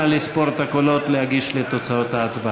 נא לספור את הקולות ולהגיש לי את תוצאות ההצבעה.